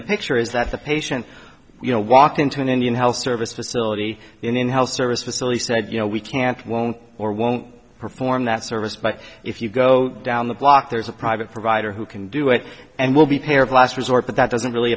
the picture is that the patient you know walk into an indian health service facility in health service facility said you know we can't won't or won't perform that service but if you go down the block there's a private provider who can do it and will be pair of last resort but that doesn't really